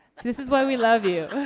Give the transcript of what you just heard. this is why we love you.